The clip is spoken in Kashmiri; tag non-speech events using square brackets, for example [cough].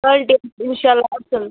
کۄالٹی [unintelligible] اِنشاء اللہ اصٕل